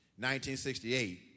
1968